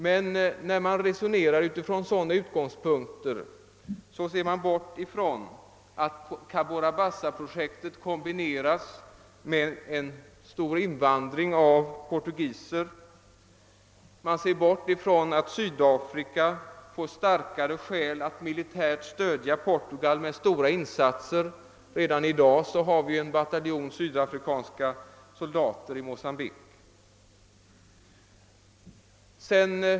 Men när man resonerar så, bortser man ifrån att Cabora Bassa-projektet kombineras med en stor invandring av portugiser och ifrån att Sydafrika får starkare skäl att militärt stödja Portugal med stora insatser; redan i dag finns en bataljon sydafrikanska soldater i Mocambique.